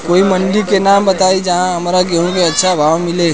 कोई मंडी के नाम बताई जहां हमरा गेहूं के अच्छा भाव मिले?